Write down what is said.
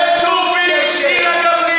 בושה וחרפה.